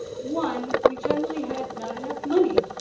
one, we generally had not enough money.